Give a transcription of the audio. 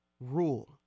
rule